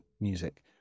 music